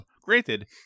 Granted